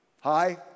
hi